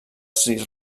sri